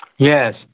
Yes